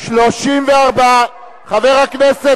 לחוק חסינות חברי הכנסת,